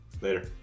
Later